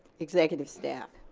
executive staff.